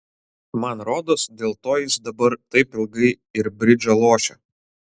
man rodos dėl to jis dabar taip ilgai ir bridžą lošia